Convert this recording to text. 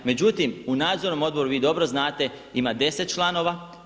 Međutim u Nadzornom odboru vi dobro znate ima 10 članova.